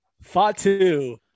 Fatu